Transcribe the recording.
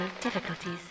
difficulties